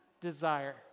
desire